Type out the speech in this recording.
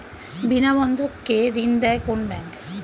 বিনা বন্ধক কে ঋণ দেয় কোন ব্যাংক?